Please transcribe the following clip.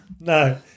No